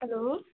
hello